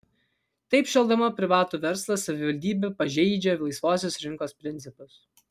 taip šelpdama privatų verslą savivaldybė pažeidžia laisvosios rinkos principus